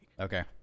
Okay